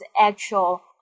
actual